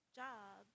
job